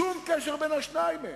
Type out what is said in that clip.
שום קשר בין השניים אין.